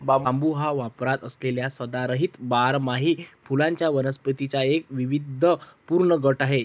बांबू हा वापरात असलेल्या सदाहरित बारमाही फुलांच्या वनस्पतींचा एक वैविध्यपूर्ण गट आहे